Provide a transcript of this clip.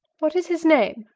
what is his name?